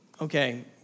okay